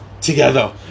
together